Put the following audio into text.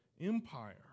empire